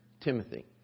Timothy